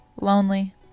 lonely